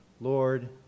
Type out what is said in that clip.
Lord